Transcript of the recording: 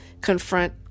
confront